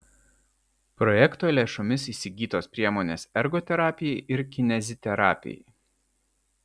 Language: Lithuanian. projekto lėšomis įsigytos priemonės ergoterapijai ir kineziterapijai